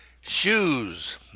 shoes